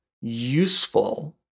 useful